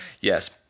yes